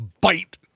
bite